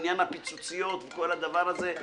עניין הפיצוציות וכל הדבר הזה,